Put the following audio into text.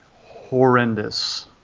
horrendous